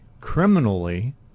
criminally